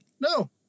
no